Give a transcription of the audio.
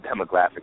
demographic